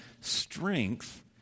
strength